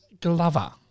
Glover